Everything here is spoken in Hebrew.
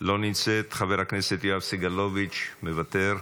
אינה נוכחת, חבר הכנסת יואב סגלוביץ', מוותר?